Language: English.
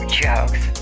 jokes